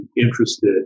interested